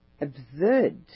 absurd